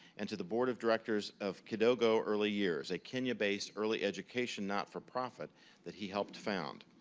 and to the board of directors of kidogo early years, a kenya-based, early education, not-for-profit that he helped found.